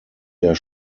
der